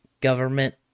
government